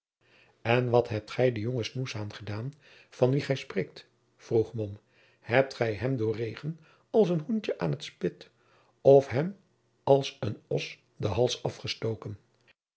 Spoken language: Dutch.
en wat hebt gij dien jongen snoeshaan gedaan van wien gij spreekt vroeg mom hebt gij hem doorregen als een hoentje aan t spit of hem als aan een os den hals afgestoken